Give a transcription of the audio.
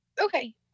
okay